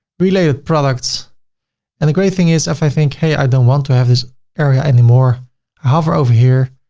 related products and the great thing is if i think, hey, i don't want to have this area anymore. i hover over here,